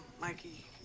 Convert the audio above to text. Mikey